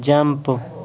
jump